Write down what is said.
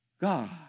God